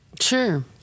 Sure